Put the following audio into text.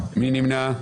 מי נמנע?